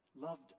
loved